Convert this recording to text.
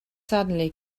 suddenly